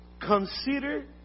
Consider